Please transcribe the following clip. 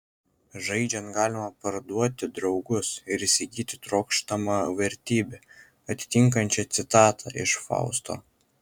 žaidžiant galima parduoti draugus ir įsigyti trokštamą vertybę atitinkančią citatą iš fausto